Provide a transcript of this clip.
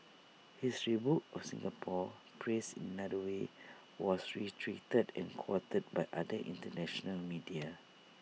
his rebuke of Singapore phrased in another way was reiterated and quoted by other International media